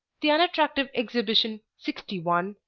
the unattractive exhibition sixty one,